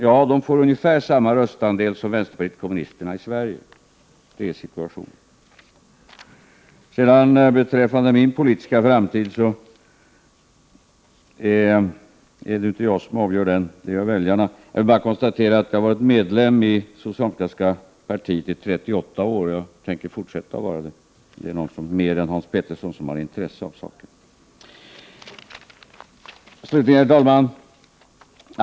Ja, det får ungefär samma röstandel som vänsterpartiet kommunisterna får i Sverige. Det är situationen. Min politiska framtid är det inte jag som avgör, utan det gör väljarna. Jag har varit medlem i det socialdemokratiska partiet i 38 år, och jag tänker fortsätta att vara det, om det nu är någon mer än Hans Petersson som har intresse av saken. Herr talman!